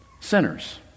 sinners